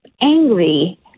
angry